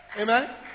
Amen